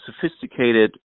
sophisticated